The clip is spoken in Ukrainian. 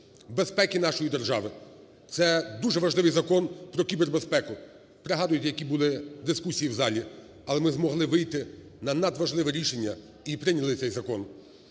безпеки нашої держави, це дуже важливий Закон про кібербезпеку. Пригадуєте, які були дискусії в залі, але ми змогли вийти на надважливе рішення і прийняли цей закон.